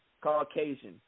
Caucasian